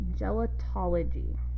gelatology